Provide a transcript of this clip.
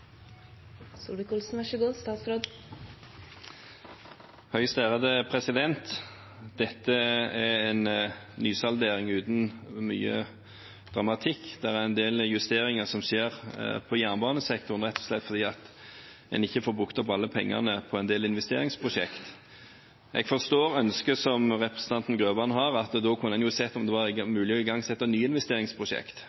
en nysaldering uten mye dramatikk. Det skjer en del justeringer på jernbanesektoren, rett og slett fordi en ikke får brukt opp alle pengene på en del investeringsprosjekt. Jeg forstår ønsket til representanten Grøvan om at en da kunne sett om det var